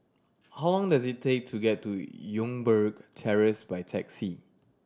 how long does it take to get to Youngberg Terrace by taxi